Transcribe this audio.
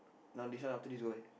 now this one after this go where